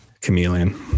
Chameleon